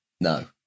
No